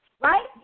right